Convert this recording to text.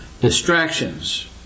Distractions